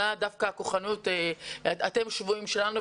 אלא דווקא הכוחנות - אתם שבויים שלנו,